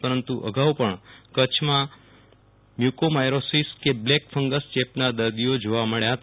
પરંતુ અગાઉ પણ કચ્છમાં મ્યુકોમાઈકોસિસ થાને કે બ્લેક ફંગસ ચેપના દર્દીઓ જોવા મળ્યા હતા